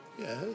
Yes